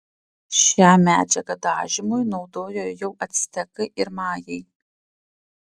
šią medžiagą dažymui naudojo jau actekai ir majai